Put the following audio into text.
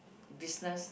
business